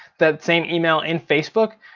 that same email in facebook.